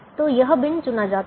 तो यह बिन चुना जाता है